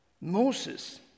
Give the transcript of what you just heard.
Moses